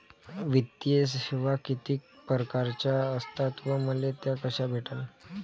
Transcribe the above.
वित्तीय सेवा कितीक परकारच्या असतात व मले त्या कशा भेटन?